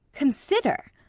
consider!